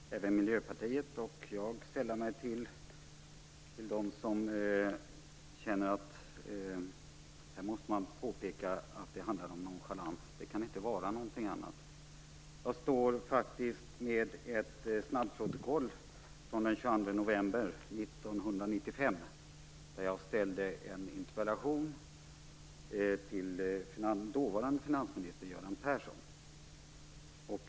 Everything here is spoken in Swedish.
Herr talman! Även Miljöpartiet och jag sällar mig till dem som känner att man måste påpeka att det här handlar om nonchalans - det kan inte vara någonting annat. Jag står här med ett snabbprotokoll från den 22 november 1995, där jag ställde en interpellation till dåvarande finansminister Göran Persson.